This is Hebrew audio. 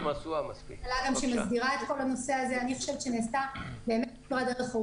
המשאית עם המדליות בדרך.